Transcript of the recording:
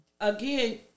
again